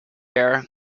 air